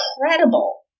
incredible